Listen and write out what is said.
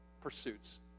pursuits